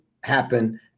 happen